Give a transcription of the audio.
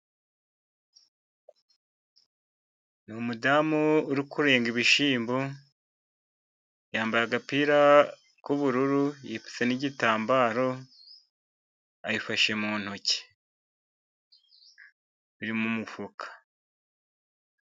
Ni umugore uri kurenga ibishyimbo, yambaye agapira k'ubururu, yipfutse n'igitambaro, ayifashe mu ntoki, iri mu mifuka.